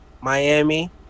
Miami